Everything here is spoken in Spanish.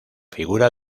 figura